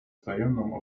wzajemną